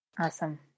Awesome